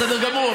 בסדר גמור,